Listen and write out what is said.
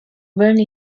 roni